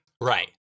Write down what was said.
Right